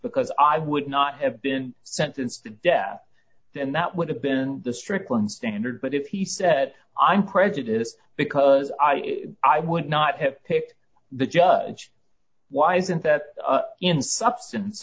because i would not have been sentenced to death and that would have been the strickland standard but if he said i'm prejudiced because i i would not have picked the judge why isn't that in substance